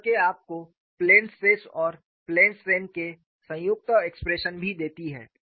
पुस्तकें आपको plane stress और प्लेन स्ट्रेन के संयुक्त एक्सप्रेशन भी देती हैं